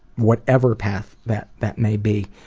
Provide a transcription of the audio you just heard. whatever path that that may be,